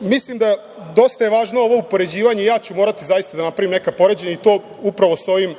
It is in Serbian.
Mislim da je dosta važno ovo upoređivanje, ja ću morati zaista da napravim neka poređenja i to upravo sa ovim